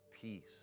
peace